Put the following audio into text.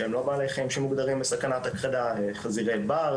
שהם לא בעלי חיים שמוגדרים בסכנת הכחדה - חזירי בר,